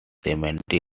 cemetery